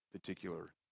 particular